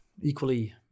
equally